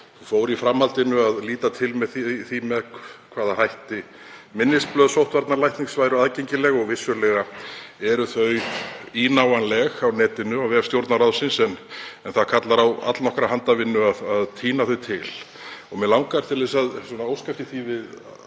Ég fór í framhaldinu að líta til með því með hvaða hætti minnisblöð sóttvarnalæknis væru aðgengileg. Og vissulega eru þau ínáanleg á netinu á vef Stjórnarráðsins en það kallar á allnokkra handavinnu að tína þau til. Mig langar til að óska eftir því við